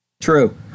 True